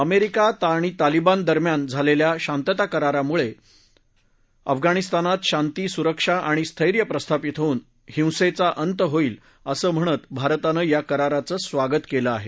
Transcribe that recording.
America Taliban दरम्यान झालेल्या शांतत करारामुळे अफगाणिस्तानात शांती सुरक्षा आणि स्थैर्य प्रस्थापित होऊन अहिंसेचा अंत होईल असं म्हणत भारतानं या कराराचं स्वागत केलं आहे